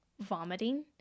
vomiting